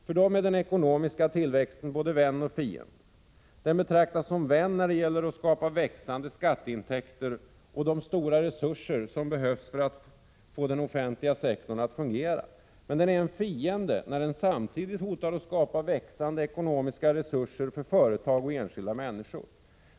För dem är den ekonomiska tillväxten både vän och fiende. Den betraktas som vän när det gäller att skapa växande skatteintäkter och de stora resurser som behövs för att få den offentliga sektorn att fungera. Men den är en fiende när den samtidigt hotar att skapa växande ekonomiska resurser för företag och enskilda människor.